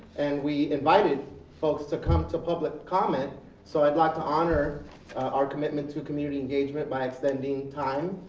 and we invited folks to come to public comment so i'd like to honor our commitment to community engagement by extending time